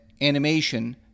animation